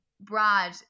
Brad